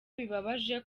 bibabaje